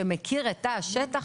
שמכיר את תא השטח,